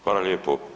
Hvala lijepo.